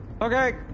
Okay